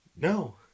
no